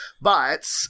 but-